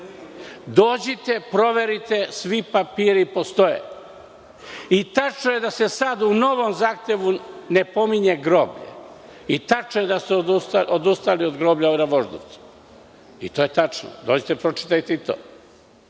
Dođite, proverite, svi papiri postoje. Tačno je da se sada u novom zahtevu ne pominje groblje i tačno je da su odustali od groblja ovi na Voždovcu. Dođite, pročitajte i to.